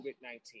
COVID-19